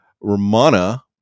Romana